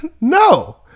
No